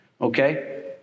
Okay